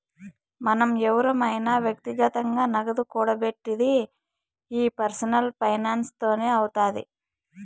మనం ఎవురమైన వ్యక్తిగతంగా నగదు కూడబెట్టిది ఈ పర్సనల్ ఫైనాన్స్ తోనే అవుతాది